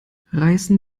reißen